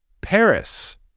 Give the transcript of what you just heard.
Paris